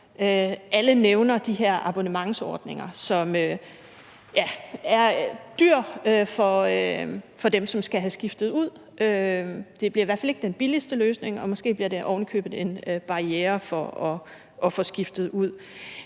alle nævner de her abonnementsordninger, som er dyre for dem, som skal have skiftet det ud, det bliver i hvert fald ikke den billigste løsning, og det bliver måske ovenikøbet en barriere for at få det skiftet ud.